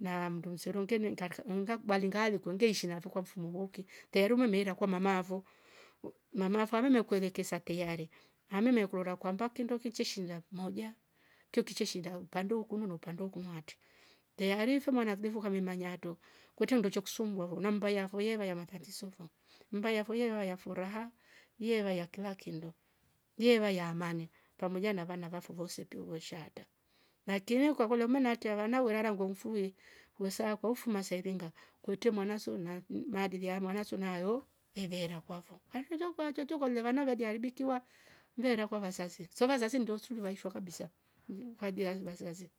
na ndo msoro uteliwe ngaka ngakubali ngalikwe ngeishi navo kwa mfumoloki teru mameira kwa mamavo. uuh mama fame nekuerekesa teari hame mekora kwamba kindo kicheshilia maulai tio kishe shinda pando ukunu na upando ukunuati tearife mwana vubuvo kame mmanyato kwete unducho kusumbua vo na mbaaya voyeva ya matizo fo mbaya fyo vaya furaha. ye vaya kila kindo. ye vaya amani pamoja na vana vafuvosepio veshaata na kilia kokolo menatiava na uerara ngomfue husa kwa ufuma sae vinga kwete mwana songa mm- maadili ya sonayo hevera kwamfo hanshulia kwa njonjo wakiliavana vadi haribitua vena kwa wazazi so wazazi mnduso washia kabisa mhh hajia wazazi.